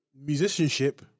musicianship